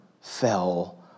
fell